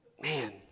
Man